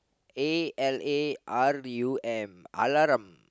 A L A R U M alarum